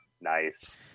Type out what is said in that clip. Nice